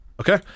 Okay